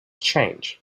change